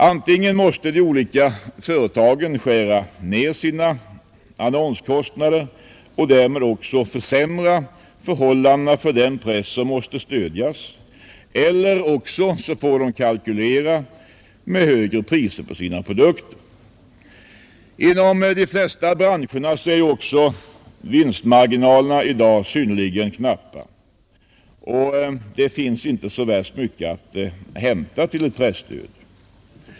Antingen måste de olika företagen skära ned sina annonskostnader — och därmed också försämra förhållandena för den press som måste stödjas — eller också får de kalkylera med högre priser på sina produkter. Inom de flesta branscherna är också vinstmarginalerna i dag synnerligen knappa, och det finns inte så värst mycket att hämta till ett presstöd.